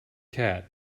cat